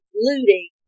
looting